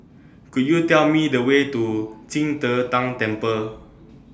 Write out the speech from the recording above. Could YOU Tell Me The Way to Qing De Tang Temple